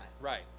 Right